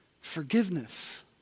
forgiveness